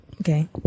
Okay